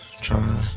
trying